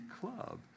club